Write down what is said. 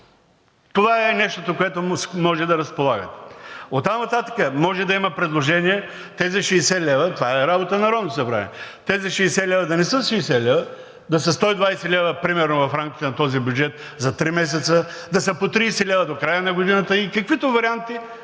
това е нещото, с което може да разполагате. Оттам нататък може да има предложение тези 60 лв. – това е работа на Народното събрание, тези 60 лв. да не са 60 лв., да са 120 лв. примерно, в рамките на този бюджет за три месеца, да са по 30 лв. до края на годината и каквито варианти